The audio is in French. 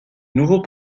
nouveaux